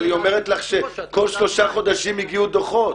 אבל היא אומרת לך שכל שלושה חודשים הגיעו דוחות.